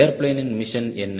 ஏர்பிளேனின் mission என்ன